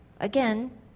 Again